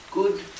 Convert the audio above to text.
good